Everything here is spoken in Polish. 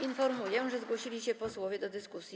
Informuję, że zgłosili się posłowie do dyskusji.